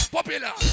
Popular